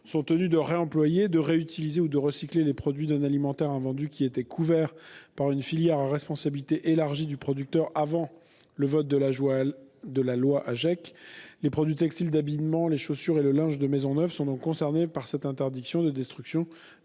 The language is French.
sont tenus de réemployer, de réutiliser ou de recycler les produits non alimentaires invendus qui étaient couverts par une filière à responsabilité élargie du producteur avant le vote de la loi Agec. Les produits textiles d'habillement, les chaussures et le linge de maison neufs sont donc concernés par cette interdiction de destruction